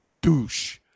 douche